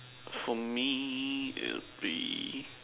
for me it'll be